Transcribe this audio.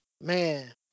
Man